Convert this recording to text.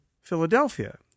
Philadelphia